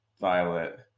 violet